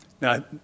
Now